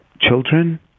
children